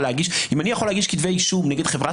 אם אני יכול להגיש כתבי אישום נגד חברת